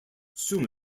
sun